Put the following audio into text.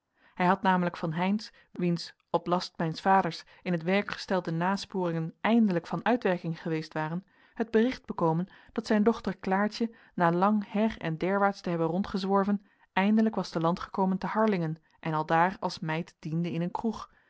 hij had namelijk van heynsz wiens op last mijns vaders in t werk gestelde nasporingen eindelijk van uitwerking geweest waren het bericht bekomen dat zijn dochter klaartje na lang her en derwaarts te hebben rondgezworven eindelijk was te land gekomen te harlingen en aldaar als meid diende in een kroeg